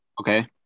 Okay